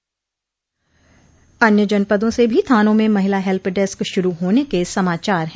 अन्य जनपदों से भी थानों में महिला हेल्प डेस्क शुरू होने के समाचार हैं